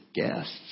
guests